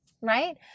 right